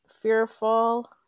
fearful